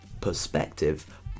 perspective